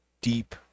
deep